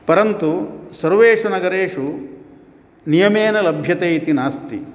परन्तु सर्वेषु नगरेषु नियमेन लभ्यते इति नास्ति